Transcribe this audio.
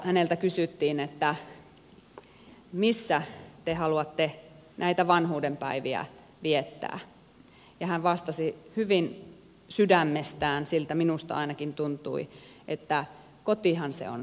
häneltä kysyttiin että missä te haluatte näitä vanhuudenpäiviä viettää ja hän vastasi sydämestään siltä minusta ainakin tuntui että kotihan se on paras paikka